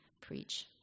preach